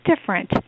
different